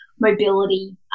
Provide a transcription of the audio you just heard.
mobility